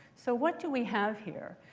so what do we have here?